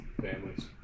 Families